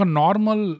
normal